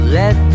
let